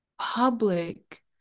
public